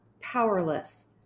powerless